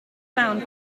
found